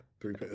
three